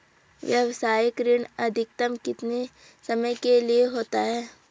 व्यावसायिक ऋण अधिकतम कितने समय के लिए होगा?